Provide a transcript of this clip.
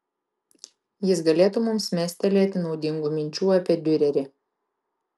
jis galėtų mums mestelėti naudingų minčių apie diurerį